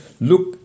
look